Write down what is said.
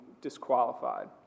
disqualified